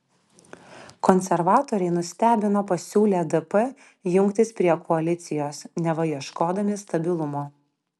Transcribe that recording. konservatoriai nustebino pasiūlę dp jungtis prie koalicijos neva ieškodami stabilumo